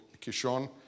Kishon